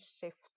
shift